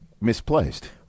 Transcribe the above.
misplaced